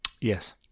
Yes